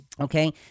Okay